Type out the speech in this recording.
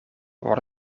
wat